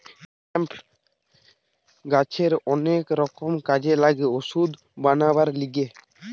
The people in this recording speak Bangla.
হেম্প গাছের অনেক রকমের কাজে লাগে ওষুধ বানাবার লিগে